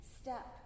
Step